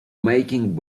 making